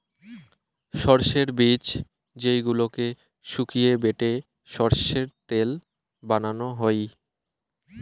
সরষের বীজ যেইগুলোকে শুকিয়ে বেটে সরষের তেল বানানো হই